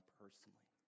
personally